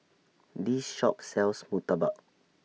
This Shop sells Murtabak